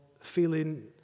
feeling